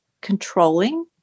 controlling